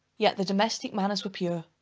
yet the domestic manners were pure.